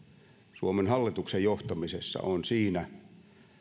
suomen hallituksen johtamisessa on siinä